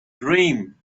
dream